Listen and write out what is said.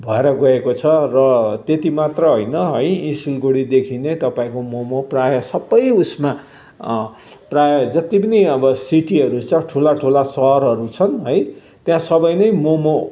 भएर गएको छ र त्यति मात्र होइन है यी सिलिगुडीदेखि नै तपाईँको मम प्रायः सबै यसमा प्रायः जति पनि अब सिटीहरू छ ठुला ठुला सहरहरू छन् है त्यहाँ सबै नै मम